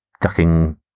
ducking